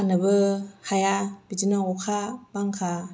फाननोबो हाया बिदिनो अखा बांखा